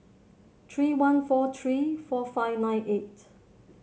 three one four three four five nine eight